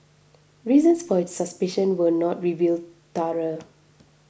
reasons for its suspicion were not revealed through